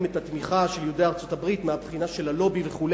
את התמיכה של יהודי ארצות-הברית מהבחינה של הלובי וכו'.